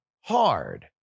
hard